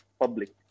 public